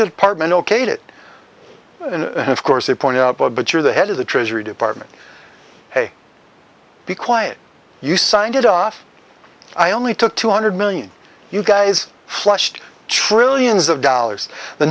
department okayed it and of course they point out bob but you're the head of the treasury department hey be quiet you signed it off i only took two hundred million you guys flushed trillions of dollars the